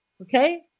okay